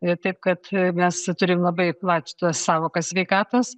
ir taip kad mes turim labai plačiai tą savoką sveikatos